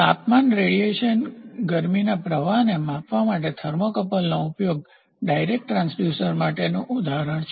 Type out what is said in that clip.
તાપમાન રેડીએશનકિરણોત્સર્ગ ગરમીના પ્રવાહને માપવા માટે થર્મોકપલનો ઉપયોગ ડાયરેક્ટ ટ્રાન્સડ્યુસર માટેનું ઉદાહરણ છે